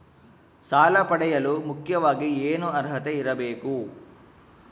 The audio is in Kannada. ಸಾಲ ಪಡೆಯಲು ಮುಖ್ಯವಾಗಿ ಏನು ಅರ್ಹತೆ ಇರಬೇಕು?